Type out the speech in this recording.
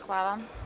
Hvala.